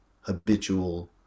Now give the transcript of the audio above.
habitual